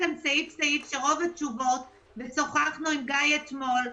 סעיף ושוחחנו עם גיא אתמול.